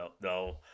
No